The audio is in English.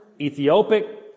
Ethiopic